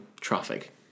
traffic